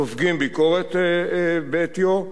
סופגים ביקורת בעטיו,